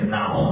now